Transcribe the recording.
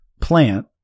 plant